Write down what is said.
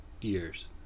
years